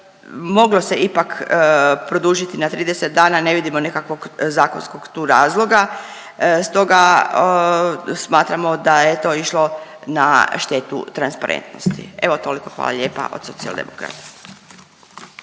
moglo se ipak produžiti na 30 dana ne vidimo nekakvog zakonskog tu razloga. Stoga smatramo da je to išlo na štetu transparentnosti. Evo, toliko hvala lijepa od Socijaldemokrata.